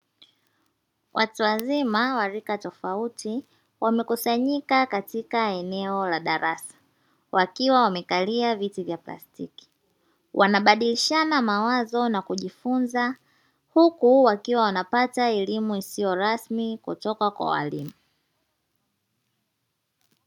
Watu wazima warika tofauti wamekusanyika katika eneo la darasa wakiwa wamekalia viti vya plastiki, wanabadilishana mawazo na kujifunza huku wakiwa wanapata elimu isiyorasmi kutoka kwa walimu.